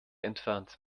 entfernt